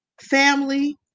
family